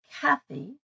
Kathy